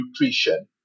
nutrition